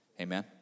amen